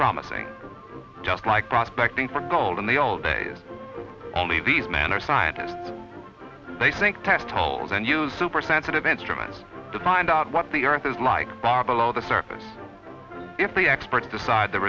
promising just like prospecting for gold in the old days only these men are scientists they think test holes and use super sensitive instruments to find out what the earth is like bar below the surface if the experts decide the